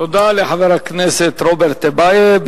תודה לחבר הכנסת רוברט טיבייב.